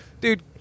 dude